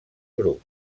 grups